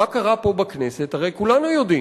מה קרה פה בכנסת הרי כולנו יודעים: